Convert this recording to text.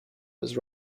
was